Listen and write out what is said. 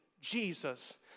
Jesus